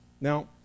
Now